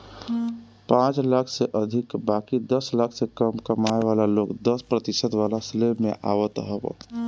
पांच लाख से अधिका बाकी दस लाख से कम कमाए वाला लोग दस प्रतिशत वाला स्लेब में आवत हवन